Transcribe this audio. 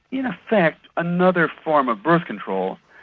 in effect, another form of birth control,